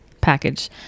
package